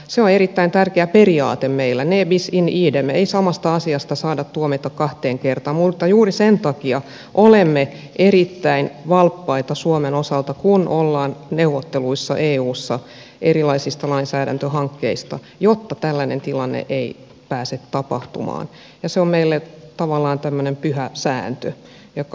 se on erittäin tärkeä periaate meillä ne bis in idem ei samasta asiasta saada tuomita kahteen kertaan mutta juuri sen takia olemme erittäin valppaita suomen osalta kun ollaan neuvottelemassa eussa erilaisista lainsäädäntöhankkeista jotta tällainen tilanne ei pääse tapahtumaan ja se on meille tavallaan tämmöinen pyhä sääntö